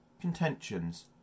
contentions